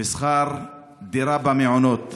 ושכר דירה במעונות.